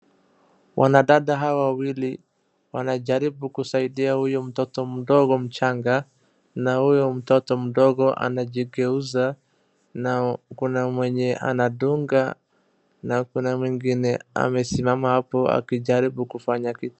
Wanadada hawa wawili wanajaribu kusaidia huyu mtoto mdogo mchanga na huyu mtoto mdogo anajigeuza na kuna mwenye anadunga na kuna mwingine amesimama hapo akijaribu kufanya kitu.